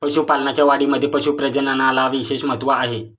पशुपालनाच्या वाढीमध्ये पशु प्रजननाला विशेष महत्त्व आहे